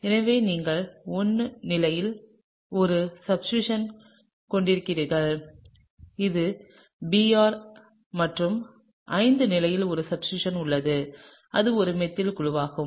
எனவே நீங்கள் 1 நிலையில் ஒரு சப்ஸ்டிடூஸன் கொண்டிருக்கிறீர்கள் இது Br மற்றும் 5 நிலையில் ஒரு சப்ஸ்டிடூஸன் உள்ளது இது ஒரு மெத்தில் குழுவாகும்